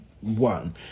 one